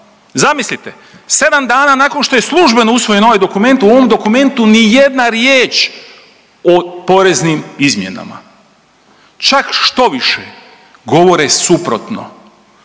Zamislite, 7 dana nakon što je službeno usvojen ovaj dokument, u ovom dokumentu nijedna riječ o poreznim izmjenama, čak štoviše govore suprotno.